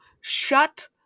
Shut